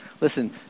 Listen